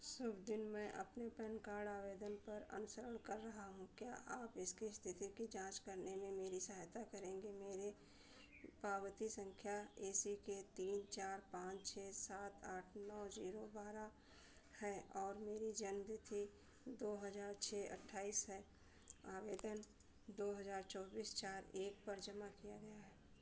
शुभ दिन मैं अपने पैन कार्ड आवेदन पर अनुसरण कर रहा हूँ क्या आप इसकी स्थिति की जाँच करने में मेरी सहायता करेंगे मेरे पावती संख्या ए सी के चार पाँच छः सात आठ नौ जीरो बारह है और मेरी जन्म तिथि दो हज़ार छः अट्ठाईस है आवेदन दो हज़ार चौबीस चार एक पर जमा किया गया है